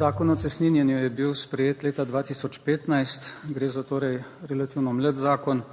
Zakon o cestninjenju je bil sprejet leta 2015, gre za torej relativno mlad zakon.